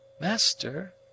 Master